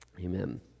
Amen